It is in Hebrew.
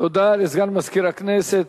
תודה לסגן מזכיר הכנסת.